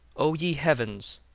o ye heavens,